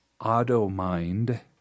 auto-mind